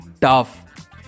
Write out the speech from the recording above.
tough